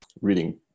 reading